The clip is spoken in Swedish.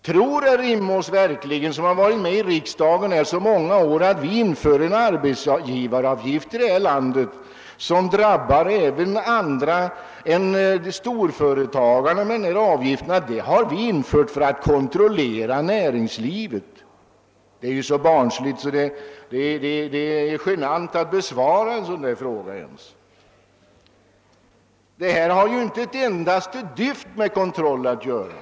Tror verkligen herr Rimås, som har varit med här i riksdagen så många år, att när vi inför en arbetsgivaravgift, som drabbar även andra än storföretagarna, så gör vi det för att kontrollera näringslivet? Det är ju så barnsligt, så det är genant att besvara en sådan fråga. Arbetsgivaravgiften har inte ett endaste dyft med, kontroll att göra.